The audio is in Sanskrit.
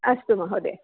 अस्तु महोदय